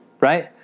right